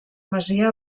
masia